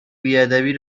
بیادبی